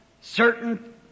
certain